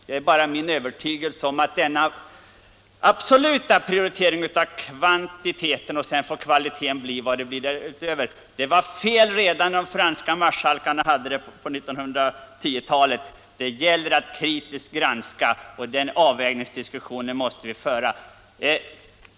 Det är min övertygelse att denna absoluta prioritering av kvantiteten — sedan må kvaliteten bli vad den kan därutöver — var felaktig redan när de franska marskalkarna hade den som princip på 1910-talet. Det gäller i stället att kritiskt granska förslagen, och den avvägningsdiskussionen måste vi föra.